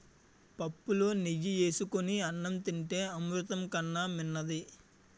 పుప్పులో నెయ్యి ఏసుకొని అన్నం తింతే అమృతం కన్నా మిన్నది